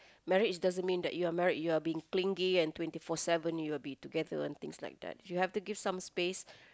marriage does mean that you are married you are being clingy and twenty four seven you are be together and things like that you have to give some space